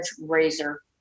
razor